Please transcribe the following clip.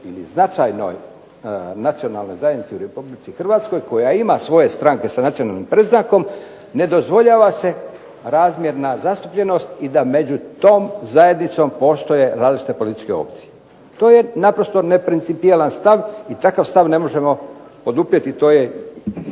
ili značajnoj nacionalnoj zajednici u Republici Hrvatskoj koja ima svoje stranke s nacionalnim predznakom, ne dozvoljava se razmjerna zastupljenost i da među tom zajednicom postoje različite političke opcije. To je naprosto neprincipijelan stav i takav stav ne možemo poduprijeti to je